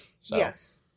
Yes